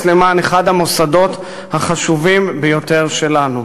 למען אחד המוסדות החשובים ביותר שלנו.